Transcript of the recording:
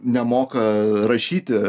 nemoka rašyti